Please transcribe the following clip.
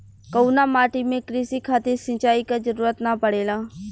कउना माटी में क़ृषि खातिर सिंचाई क जरूरत ना पड़ेला?